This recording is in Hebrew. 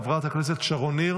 חברת הכנסת מיכל שיר סגמן,